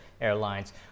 airlines